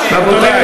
רבותי,